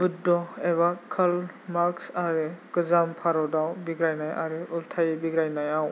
बुद्ध' एबा Karl Marx आरो गोजाम भारतआव बिग्रायनाय आरो उल्थायै बिग्रायनायआव